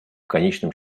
конечном